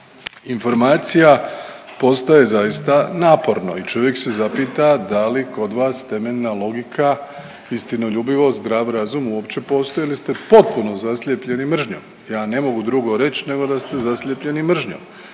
informacija postaje zaista naporno i čovjek se zapita da li kod vas temeljna logika, istinoljubivost, zdrav razum uopće postoji ili ste potpuno zaslijepljeni mržnjom. Ja ne mogu drugo reći, nego da ste zaslijepljeni mržnjom